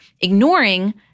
ignoring